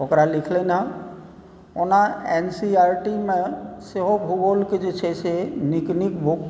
ओकरा लिखलनि हँ ओना N C E R T मे सेहो भूगोलके जे छै से नीक नीक